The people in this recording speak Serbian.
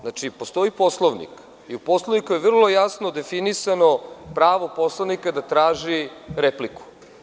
Znači, postoji Poslovnik i u njemu je vrlo jasno definisano pravo poslanika da traži repliku.